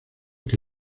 que